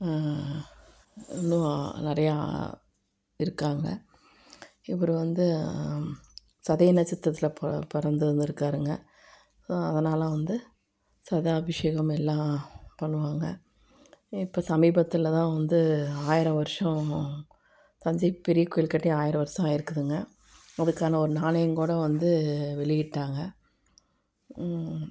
இன்னும் நிறையா இருக்காங்க இவர் வந்து சதய நட்சத்திரத்தில் பிற பிறந்து இருந்து இருக்காருங்க அதனால் வந்து சதா அபிஷேகம் எல்லாம் பண்ணுவாங்க இப்போ சமீபத்தில் தான் வந்து ஆயரம் வருஷம் தஞ்சை பெரிய கோயில் கட்டி ஆயிரம் வருஷம் ஆயிருக்குதுங்க அதுக்கான ஒரு நாணயம் கூட வந்து வெளியிட்டாங்க